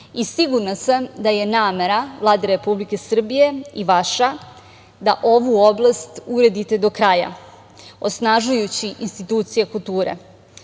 kulture. Sigurna sam da je namera Vlade Republike Srbije i vaša da ovu oblast uredite do kraja osnažujući institucije kulture.